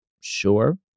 Sure